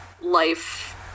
life